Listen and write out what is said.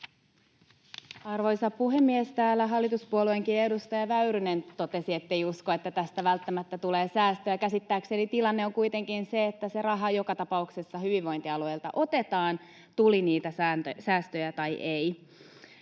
Arvoisa puhemies! Täällä hallituspuolueenkin edustaja Väyrynen totesi, ettei usko, että tästä välttämättä tulee säästöä. Käsittääkseni tilanne on kuitenkin se, että se raha joka tapauksessa hyvinvointialueilta otetaan, tuli niitä säästöjä tai ei.